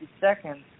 seconds